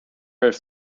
heeft